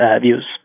views